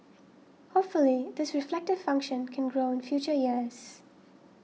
hopefully this reflective function can grow in future years